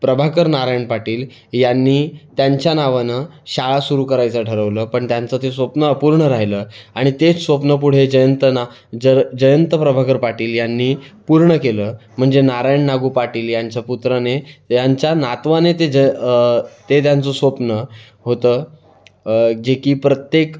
प्रभाकर नारायण पाटील यांनी त्यांच्या नावानं शाळा सुरु करायचं ठरवलं पण त्यांचं ते स्वप्न अपूर्ण राहिलं आणि तेच स्वप्न पुढे जयंत ना ज जयंत प्रभाकर पाटील यांनी पूर्ण केलं म्हणजे नारायण नागू पाटील यांच्या पुत्राने यांच्या नातवाने ते ज ते त्यांचं स्वप्न होतं जे की प्रत्येक